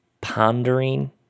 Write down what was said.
pondering